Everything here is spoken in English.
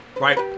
Right